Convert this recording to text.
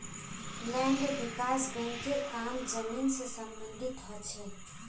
land विकास बैंकेर काम जमीन से सम्बंधित ह छे